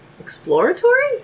Exploratory